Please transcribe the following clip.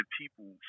people